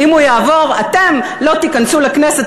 אתם לא תיכנסו לכנסת,